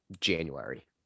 January